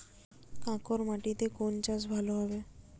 কাঁকর মাটিতে কোন চাষ ভালো হবে?